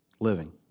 living